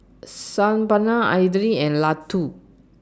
San Paneer Idili and Ladoo